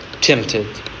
tempted